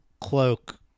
cloak